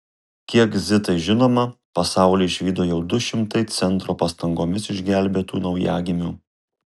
kiek zitai žinoma pasaulį išvydo jau du šimtai centro pastangomis išgelbėtų naujagimių